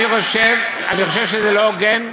אני חושב שזה לא הוגן.